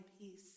peace